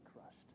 crushed